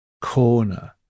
corner